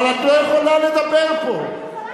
אבל את לא יכולה לדבר פה.